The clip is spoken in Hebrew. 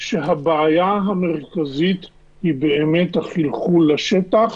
שהבעיה המרכזית היא החלחול לשטח